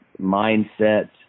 mindset